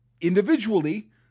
individually